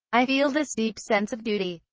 i feel this deep sense of duty,